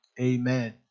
Amen